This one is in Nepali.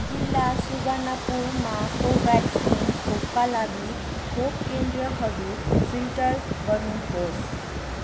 जिल्ला सुवर्णापुरमा कोभ्याक्सिन खोपका लागि खोप केन्द्रहरू फिल्टर गर्नुहोस्